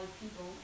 people